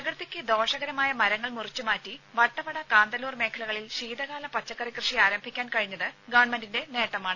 പ്രകൃതിക്ക് ദോഷകരമായ മരങ്ങൾ മുറിച്ചുമാറ്റി വട്ടവട കാന്തല്ലൂർ മേഖലകളിൽ ശീതകാല പച്ചക്കറി കൃഷി ആരംഭിക്കാൻ കഴിഞ്ഞത് ഗവൺമെന്റിന്റെ നേട്ടമാണ്